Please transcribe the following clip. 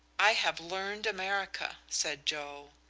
i have learned america, said joe.